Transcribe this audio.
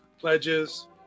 pledges